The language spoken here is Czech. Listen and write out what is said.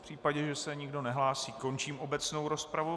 V případě, že se nikdo nehlásí, končím obecnou rozpravu.